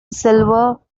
silver